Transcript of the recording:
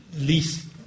least